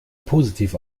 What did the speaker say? positiv